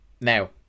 now